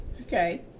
Okay